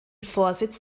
vorsitz